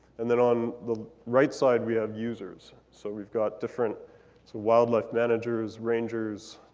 and then on the right side, we have users. so we've got different so wildlife managers, rangers,